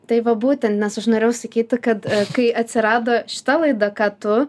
tai va būtent nes aš norėjau sakyti kad kai atsirado šita laida ką tu